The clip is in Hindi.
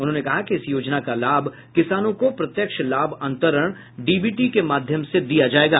उन्होंने कहा कि इस योजना का लाभ किसानों को प्रत्यक्ष लाभ अंतरण डीबीटी के माध्यम से दिया जाएगा